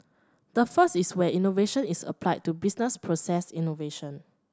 the first is where innovation is applied to business process innovation